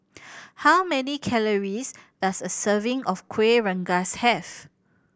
how many calories does a serving of Kueh Rengas have